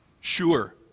sure